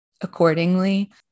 accordingly